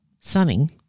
sunning